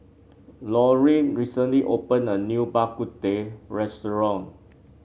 Laurene recently opened a new Bak Kut Teh restaurant